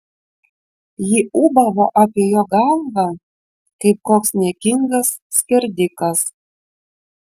ji ūbavo apie jo galvą kaip koks niekingas skerdikas